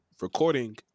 recording